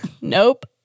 Nope